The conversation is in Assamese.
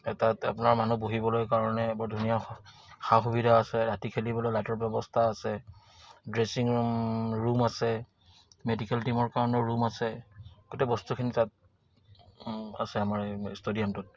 তাত আপোনাৰ মানুহ বহিবলৈ কাৰণে বৰ ধুনীয়া সা সুবিধা আছে ৰাতি খেলিবলৈ লাইটৰ ব্যৱস্থা আছে ড্ৰেছিং ৰুম ৰুম আছে মেডিকেল টিমৰ কাৰণেও ৰুম আছে গোটেই বস্তুখিনি তাত আছে আমাৰ ষ্টেডিয়ামটোত